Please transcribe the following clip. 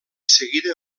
seguida